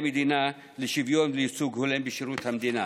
המדינה לשוויון ולייצוג הולם בשירות המדינה